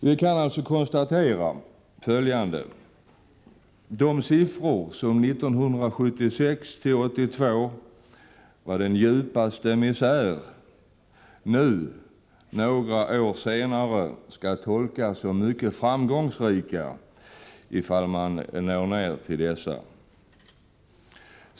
Vi kan alltså konstatera följande: de siffror som 1976-1982 innebar den djupaste misär, skall nu några år senare tolkas som mycket framgångsrika, ifall man lyckas nå ned till dem igen.